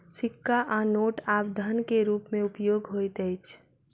सिक्का आ नोट आब धन के रूप में उपयोग होइत अछि